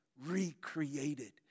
recreated